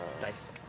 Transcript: nice